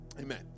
Amen